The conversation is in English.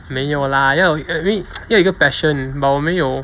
没有 lah 要有 I mean 要有一个 passion 我没有